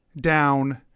down